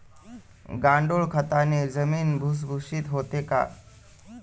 गांडूळ खताने जमीन भुसभुशीत होते का?